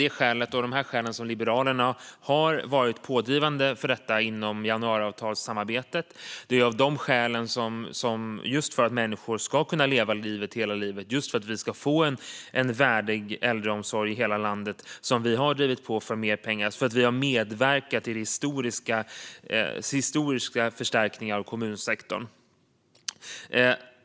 Det är av dessa skäl som Liberalerna har varit pådrivande för detta inom januariavtalssamarbetet, och det är just för att människor ska kunna leva livet hela livet och just för att vi ska få en värdig äldreomsorg i hela landet som vi har drivit på för mer pengar och medverkat till historiska förstärkningar av kommunsektorn.